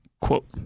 quote